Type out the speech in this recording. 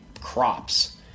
crops